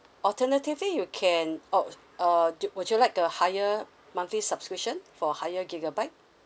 alternatively you can oh uh do would you like a higher monthly subscription for higher gigabyte